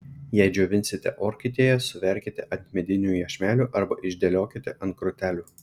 jei džiovinsite orkaitėje suverkite ant medinių iešmelių arba išdėliokite ant grotelių